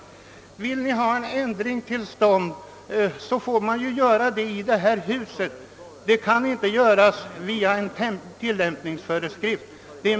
Vill ni ha en ändring till stånd måste den göras genom riksdagsbeslut och inte via tillämpningsföreskrifter.